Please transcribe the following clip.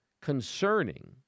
concerning